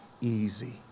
easy